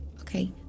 Okay